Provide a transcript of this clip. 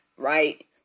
right